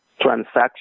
transaction